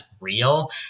real